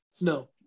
No